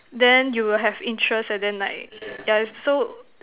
then you will have interest and then like yeah so